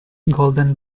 golden